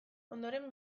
ondoren